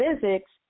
physics